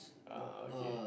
ah okay